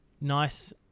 nice